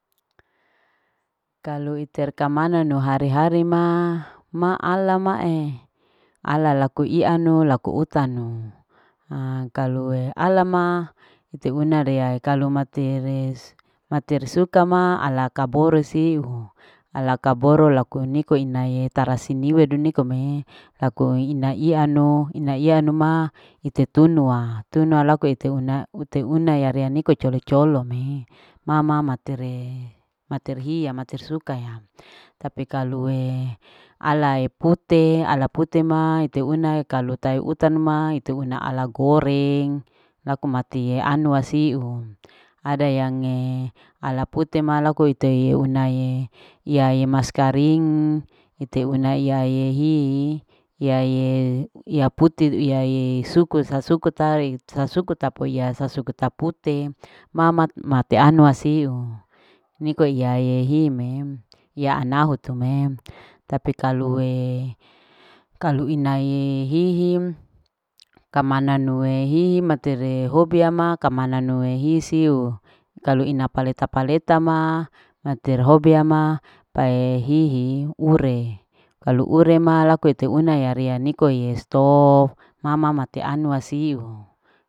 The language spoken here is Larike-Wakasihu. Kalau iter kaman na hari. hari ma. ma alamae ala laku ianu laku utanu haa kalue alama ite una rea kalu matie. ater suka ma ala kabor siu. ala kaboro laku niko pasiniwe dunikome laku iya ianu. iya ianu ma laku tunu ma tunua laku ite una. ite una rea niko colo. colome mama materehe. materhia luka ya tapi kalue alae pute alae ala pute ma ite una klu tae utanu ma teuna ala oreng laku mati anwa siu ada yange ala pute ma laku teye unae iyaye maskaring ite una iya ye hii iyaye ya pute. iyaye suku sasuku tae sasuka tapoiya sasuku tapute mama mateanwa siu niko iyahe hime iya ana ayaho tu me tapi kalue kalu inae hihi kama nanue hihi matere hobi ya ma kama nanue hisiu kalu ina peleta. paleta ma mater hobia ma pae hihi ure kalu ure ma laku ite una laria nike ye stop mama mate anuwa siu.